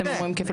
אתם אומרים כפל.